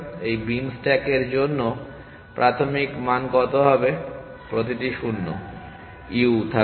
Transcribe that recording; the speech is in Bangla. এই বিম স্ট্যাকের জন্য প্রাথমিক মান কত হবে প্রতিটি মান 0 u থাকবে